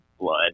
blood